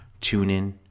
TuneIn